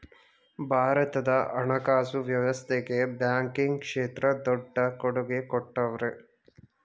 ಭಾರತದ ಹಣಕಾಸು ವ್ಯವಸ್ಥೆಗೆ ಬ್ಯಾಂಕಿಂಗ್ ಕ್ಷೇತ್ರ ದೊಡ್ಡ ಕೊಡುಗೆ ಕೊಟ್ಟವ್ರೆ